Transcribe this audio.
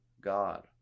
God